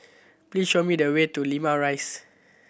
please show me the way to Limau Rise